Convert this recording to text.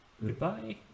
goodbye